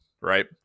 right